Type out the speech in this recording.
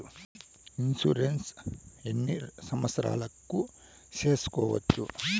Insurance ఎన్ని సంవత్సరాలకు సేసుకోవచ్చు?